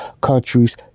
countries